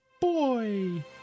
boy